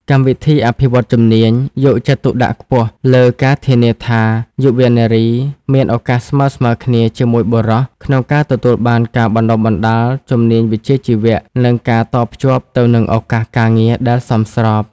កម្មវិធីអភិវឌ្ឍន៍ជំនាញ យកចិត្តទុកដាក់ខ្ពស់លើការធានាថាយុវនារីមានឱកាសស្មើៗគ្នាជាមួយបុរសក្នុងការទទួលបានការបណ្តុះបណ្តាលជំនាញវិជ្ជាជីវៈ និងការតភ្ជាប់ទៅនឹងឱកាសការងារដែលសមស្រប។